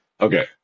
Okay